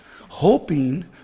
hoping